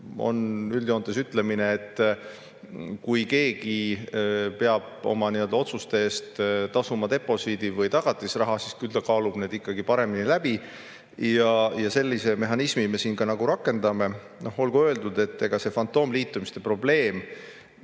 On ütlemine, et kui keegi peab oma otsuste eest tasuma deposiidi või tagatisraha, siis küll ta kaalub need ikkagi paremini läbi. Ja sellist mehhanismi me siin rakendame. Olgu öeldud, et see fantoomliitumiste probleem